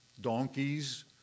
donkeys